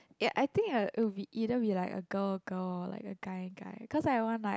ya I think it'll it will be either be like a girl girl or like a guy guy cause I want like